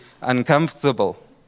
uncomfortable